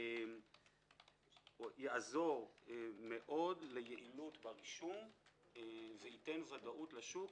יעזור מאוד ליעילות ברישום וייתן ודאות לשוק.